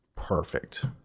Perfect